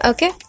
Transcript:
Okay